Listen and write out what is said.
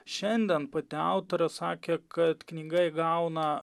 šiandien pati autorė sakė kad knyga įgauna